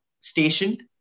stationed